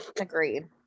agreed